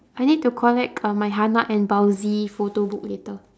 I need to collect uh my hana and baozi photobook later